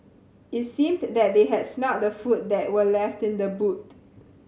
it seemed that they had smelt the food that were left in the boot